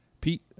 pete